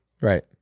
Right